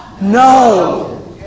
No